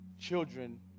children